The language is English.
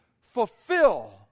fulfill